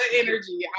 energy